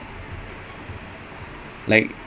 ya so hard